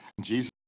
Jesus